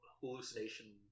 hallucination